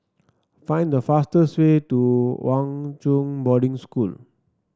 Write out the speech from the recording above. find the fastest way to Hwa Chong Boarding School